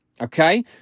Okay